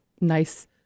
nice